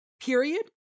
period